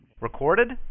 Recorded